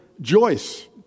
Joyce